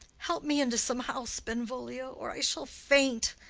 help me into some house, benvolio, or i shall faint.